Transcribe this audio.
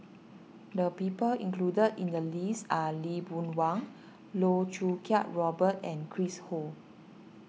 the people included in the list are Lee Boon Wang Loh Choo Kiat Robert and Chris Ho